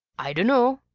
i dunno,